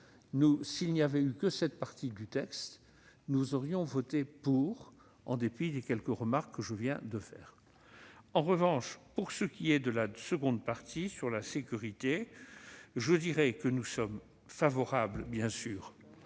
S'il n'y avait eu que cette partie du texte, nous aurions voté pour, en dépit des quelques remarques que je viens de faire. Dommage ! En revanche, pour ce qui est de la seconde partie, portant sur la sécurité, nous sommes bien sûr